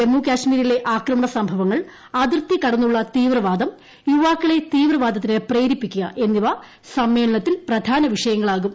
ജമ്മുകാശ്മീരിലെ ആക്രമണ സംഭവങ്ങൾ അതിർത്തി കടന്നുളള തീവ്രവാദം യുവാക്കളെ തീവ്രവാദത്തിനു പ്രേരിപ്പിക്കുക എന്നിവ സമ്മേളനത്തിൽ പ്രധാന വിഷയങ്ങളാകും